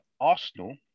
Arsenal